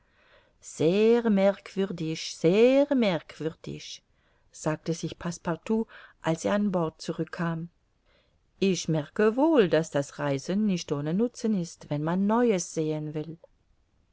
sehr merkwürdig sagte sich passepartout als er an bord zurück kam ich merke wohl daß das reisen nicht ohne nutzen ist wenn man neues sehen will